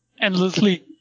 endlessly